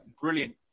brilliant